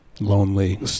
Lonely